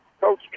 Coach